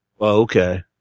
Okay